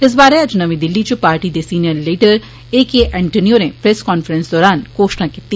इस बारै अज्ज नमीं दिल्ली च पार्टी दे senior leader A K Antony होरें प्रैस कांफ्रैंस दौरान घोशणा कीती